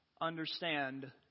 understand